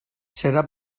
serà